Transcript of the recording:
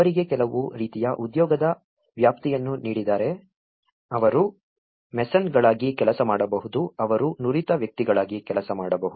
ಅವರಿಗೆ ಕೆಲವು ರೀತಿಯ ಉದ್ಯೋಗದ ವ್ಯಾಪ್ತಿಯನ್ನು ನೀಡಿದರೆ ಅವರು ಮೇಸನ್ಗಳಾಗಿ ಕೆಲಸ ಮಾಡಬಹುದು ಅವರು ನುರಿತ ವ್ಯಕ್ತಿಗಳಾಗಿ ಕೆಲಸ ಮಾಡಬಹುದು